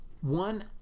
One